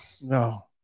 No